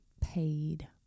paid